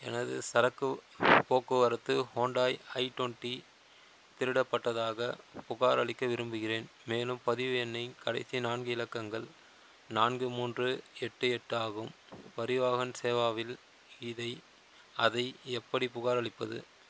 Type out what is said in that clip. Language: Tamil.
எனது சரக்கு போக்குவரத்து ஹோண்டாய் ஐட்வெண்டி திருடப்பட்டதாக புகாரளிக்க விரும்புகிறேன் மேலும் பதிவு எண்ணின் கடைசி நான்கு இலக்கங்கள் நான்கு மூன்று எட்டு எட்டு ஆகும் பரிவாஹன் சேவாவில் இதை அதை எப்படி புகாரளிப்பது